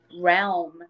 realm